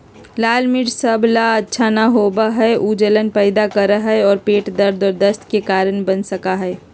लाल मिर्च सब ला अच्छा न होबा हई ऊ जलन पैदा करा हई और पेट दर्द और दस्त के कारण बन सका हई